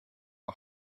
are